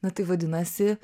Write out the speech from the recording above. na tai vadinasi